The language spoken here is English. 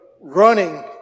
running